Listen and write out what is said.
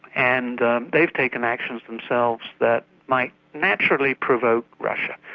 and they've taken actions themselves that might naturally provoke russia.